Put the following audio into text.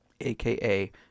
AKA